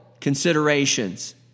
considerations